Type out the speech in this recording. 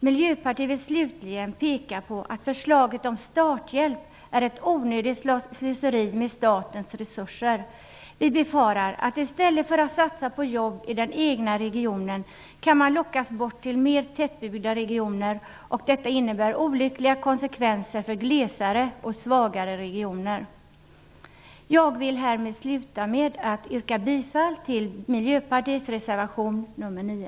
Miljöpartiet vill slutligen peka på att förslaget om starthjälp är ett onödigt slöseri med statens resurser. Vi befarar att i stället för att satsa på jobb i den egna regionen kan man lockas bort till mer tättbebyggda regioner, och detta innebär olyckliga konsekvenser för glesare och svagare regioner. Jag vill sluta med att yrka bifall till Miljöpartiets reservation nr 9.